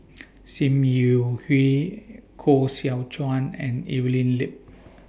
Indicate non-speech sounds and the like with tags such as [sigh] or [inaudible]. [noise] SIM Yi Hui Koh Seow Chuan and Evelyn Lip